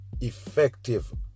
effective